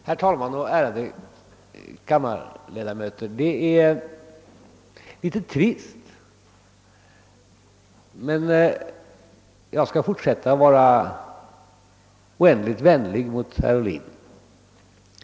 Herr talman och ärade kammarledamöter! Det är litet trist men jag skall i alla fall fortsätta att vara vänlig mot herr Ohlin.